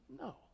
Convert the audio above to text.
No